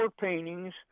paintings